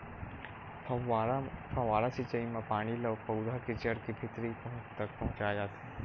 फव्हारा सिचई म पानी ल पउधा के जड़ के भीतरी तक पहुचाए जाथे